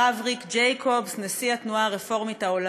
הרב ריק ג'ייקובס, נשיא התנועה הרפורמית